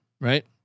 right